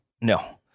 No